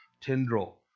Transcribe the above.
tendril